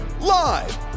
Live